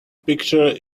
picture